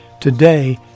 today